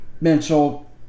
mental